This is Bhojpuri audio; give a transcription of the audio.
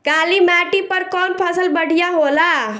काली माटी पर कउन फसल बढ़िया होला?